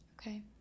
Okay